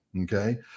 Okay